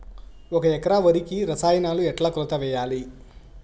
ఒక ఎకరా వరికి రసాయనాలు ఎట్లా కొలత వేయాలి?